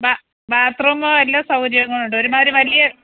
Baat room എല്ലാ സൗകര്യങ്ങളുണ്ട് ഒരു മാതിരി വലിയ